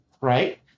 right